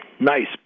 nice